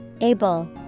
Able